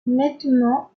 nettement